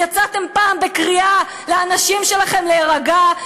יצאתם פעם בקריאה לאנשים שלכם להירגע?